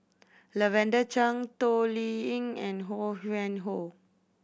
Lavender Chang Toh Liying and Ho Yuen Hoe